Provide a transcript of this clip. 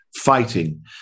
fighting